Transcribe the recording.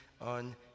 on